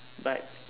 but